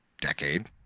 decade